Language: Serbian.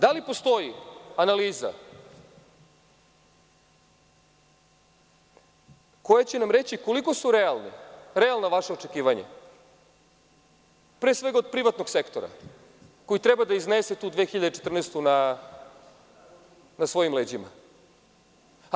Da li postoji analiza koja će nam reći koliko su nam realna vaša očekivanja, pre svega od privatnog sektora koji treba da iznese tu 2014. na svojim leđima?